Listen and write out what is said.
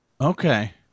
Okay